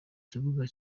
kibuga